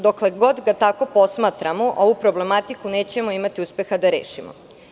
Dokle god ga tako posmatramo, ovu problematiku nećemo imati uspeha da rešimo.